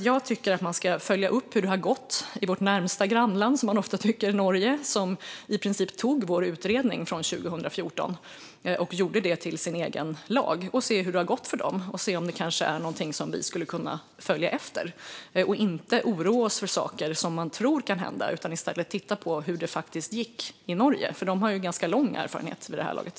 Jag tycker att det ska följas upp hur det har gått i vårt närmaste grannland, som vi ofta tycker är Norge, som i princip tog vår utredning från 2014 och gjorde till sin egen lag. Vi kan se hur det har gått för dem och om det kanske är något som vi skulle kunna ta efter. I stället för att oroa oss för saker som vi tror kan hända kan vi titta på hur det faktiskt gick i Norge, för de har ganska lång erfarenhet vid det här laget.